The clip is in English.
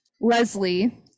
leslie